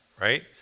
right